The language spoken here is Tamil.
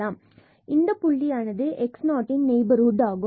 இந்த புள்ளியானது x0 ன் நெய்பர்ஹுட் ஆகும்